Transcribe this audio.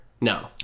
No